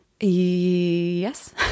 yes